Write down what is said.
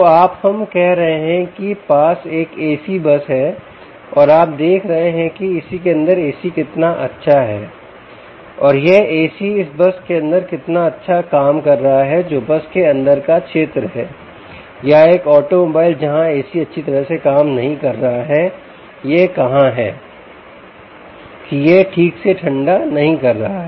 तो आप हम कह रहे हैं के पास एक एसी बस है और आप देख रहे हैं कि इस के अंदर एसी कितना अच्छा है और यह एसी इस बस के अंदर कितना अच्छा काम कर रहा है जो बस के अंदर के क्षेत्र हैं या एक ऑटोमोबाइल जहां एसी अच्छी तरह से काम नहीं कर रहा है यह कहाँ है कि यह ठीक से ठंडा नहीं कर रहा है